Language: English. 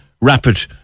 rapid